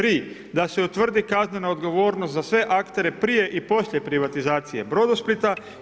Tri, da se utvrdi kaznena odgovornost za sve aktere prije i poslije privatizacije Brodosplita.